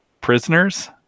prisoners